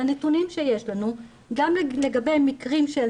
אבל הנתונים שיש לנו גם לגבי מקרים של